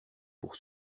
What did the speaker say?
pour